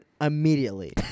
immediately